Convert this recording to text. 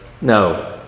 No